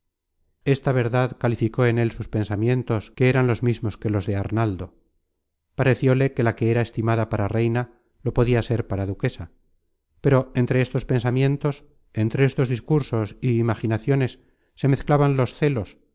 esta verdad calificó en él sus pensamientos que eran los mismos que los de arnaldo parecióle que la que era estimada para reina lo podia ser para duquesa pero entre estos pensamientos entre estos discursos y imaginaciones se mezclaban los celos